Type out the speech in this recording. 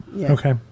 okay